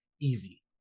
easy